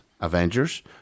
Avengers